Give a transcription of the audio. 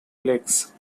lakes